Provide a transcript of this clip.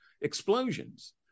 explosions